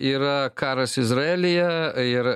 yra karas izraelyje ir